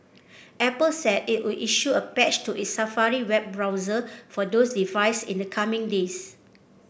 Apple said it would issue a patch to its Safari web browser for those device in the coming days